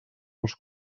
als